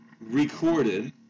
recorded